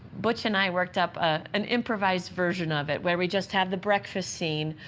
butch and i worked up ah an improvised version of it where we just had the breakfast scene,